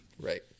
Right